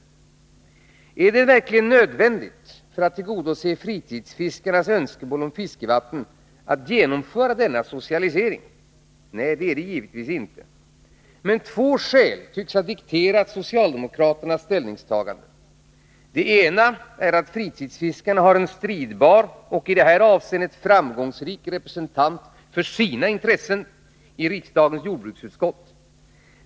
Är det verkligen nödvändigt, för att tillgodose fritidsfiskarnas önskemål om fiskevatten, att genomföra denna socialisering? Nej, det är det givetvis inte! Men två skäl tycks ha dikterat socialdemokraternas ställningstagande. Det ena är att fritidsfiskarna har en stridbar och i det här avseendet framgångsrik representant för sina intressen i riksdagens jordbruksutskott.